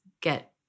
get